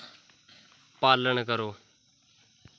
पालन करो